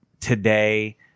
today